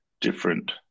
different